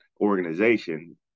organization